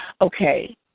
Okay